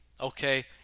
Okay